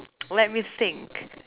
let me think